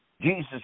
Jesus